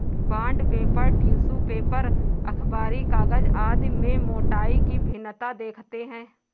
bond paper, tissue paper, अखबारी कागज आदि में मोटाई की भिन्नता देखते हैं